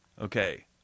Okay